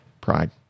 Pride